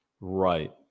Right